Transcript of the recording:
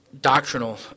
doctrinal